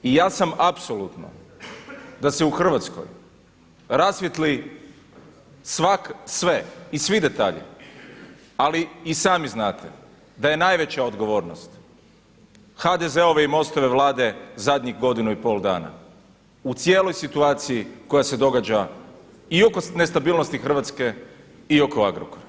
I ja sam apsolutno da se u Hrvatskoj rasvijetli svak, sve i svi detalji ali i sami znate da je najveća odgovornost HDZ-ove i MOST-ove Vlade zadnjih godinu i pol dana u cijeloj situaciji koja se događa i oko nestabilnosti Hrvatske i oko Agrokora.